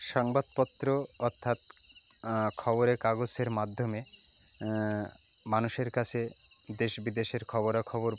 সংবাদপত্র অর্থাৎ খবরের কাগজের মাধ্যমে মানুষের কাছে দেশ বিদেশের খবরাখবর